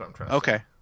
Okay